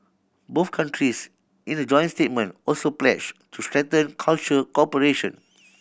both countries in a joint statement also pledged to strengthen cultural cooperation